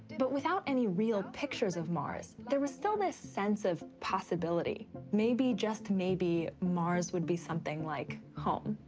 but without any real pictures of mars, there was still this sense of possibility. maybe, just maybe, mars would be something like home.